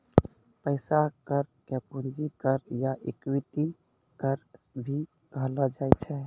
पैसा कर के पूंजी कर या इक्विटी कर भी कहलो जाय छै